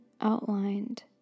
outlined